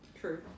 True